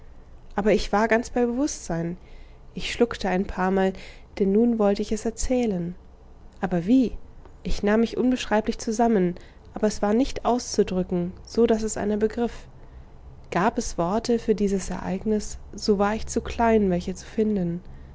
aber ich war ganz bei bewußtsein ich schluckte ein paarmal denn nun wollte ich es erzählen aber wie ich nahm mich unbeschreiblich zusammen aber es war nicht auszudrücken so daß es einer begriff gab es worte für dieses ereignis so war ich zu klein welche zu finden